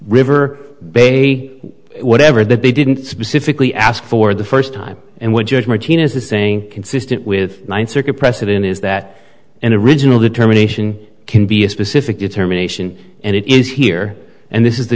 river baby whatever that they didn't specifically ask for the first time and what judge martinez is saying consistent with ninth circuit precedent is that and original determination can be a specific determination and it is here and this is the